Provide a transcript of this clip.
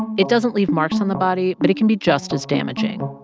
it doesn't leave marks on the body, but it can be just as damaging.